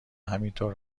همینطور